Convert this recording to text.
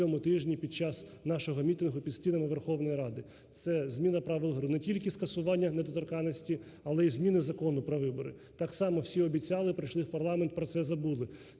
цьому тижні під час нашого мітингу під стінами Верховної Ради. Це зміни правил гри, не тільки скасування недоторканності, але і зміна Закону про вибори. Так само всі обіцяли, прийшли в парламент – про це забули.